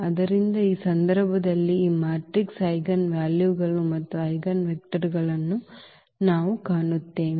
ಆದ್ದರಿಂದ ಈ ಸಂದರ್ಭದಲ್ಲಿ ಈ ಮ್ಯಾಟ್ರಿಕ್ಸ್ನ ಐಜೆನ್ ವ್ಯಾಲ್ಯೂಗಳು ಮತ್ತು ಐಜೆನ್ವೆಕ್ಟರ್ಗಳನ್ನು ನಾವು ಕಾಣುತ್ತೇವೆ